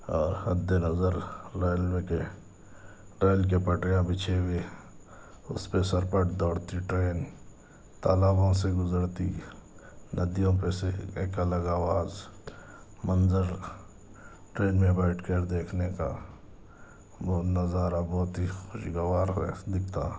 حد نظر ریلوے کے ریل کے پٹریاں بچھی ہوئی اس پہ سرپٹ دوڑتی ٹرین تالابوں سے گزرتی ندیوں پہ سے ایک الگ آواز منظر ٹرین میں بیٹھ کر دیکھنے کا وہ نظارہ بہت ہی خوشگوار رہ دکھتا